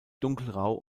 dunkelgrau